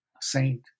saint